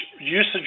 usage